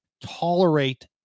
tolerate